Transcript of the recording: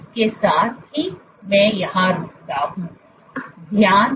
इसके साथ ही मैं यहां रुकता हूं